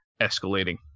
escalating